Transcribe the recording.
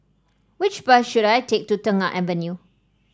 which bus should I take to Tengah Avenue